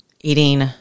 eating